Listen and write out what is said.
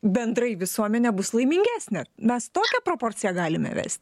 bendrai visuomenė bus laimingesnė mes tokią proporciją galime vesti